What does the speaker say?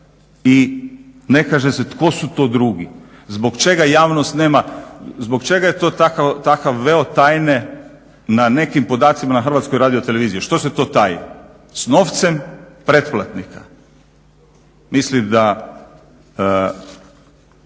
i ne kaže se tko su ti drugi, zbog čega javnost nema, zbog čega je to takav veo tajne na nekim podacima na HRT-u. što se to taji? S novcem pretplatnika mislim da